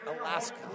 Alaska